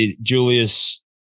Julius